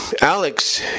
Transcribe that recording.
Alex